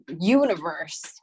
universe